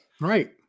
Right